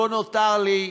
לא נותר לי,